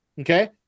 Okay